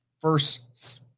first